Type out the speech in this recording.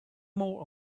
more